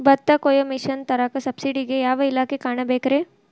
ಭತ್ತ ಕೊಯ್ಯ ಮಿಷನ್ ತರಾಕ ಸಬ್ಸಿಡಿಗೆ ಯಾವ ಇಲಾಖೆ ಕಾಣಬೇಕ್ರೇ?